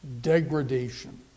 degradation